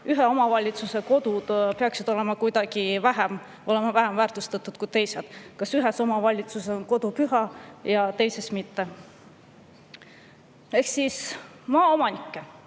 ühe omavalitsuse kodud peaksid olema kuidagi vähem väärtustatud kui teised, kas ühes omavalitsuses on kodu püha ja teises mitte. Maaomanikke,